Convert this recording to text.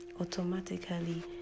automatically